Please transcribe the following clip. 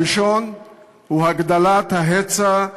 הראשון הוא הגדלת ההיצע,